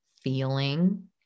feeling